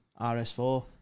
RS4